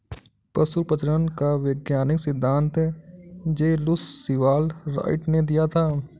पशु प्रजनन का वैज्ञानिक सिद्धांत जे लुश सीवाल राइट ने दिया था